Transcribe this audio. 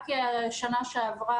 רק שנה שעברה,